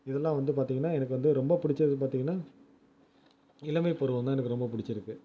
இதெல்லாம் வந்து பார்த்திங்கன்னா எனக்கு வந்து ரொம்ப பிடிச்சது பார்த்திங்கன்னா இளமைப்பருவம் தான் எனக்கு ரொம்ப பிடிச்சிருக்கு